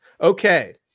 Okay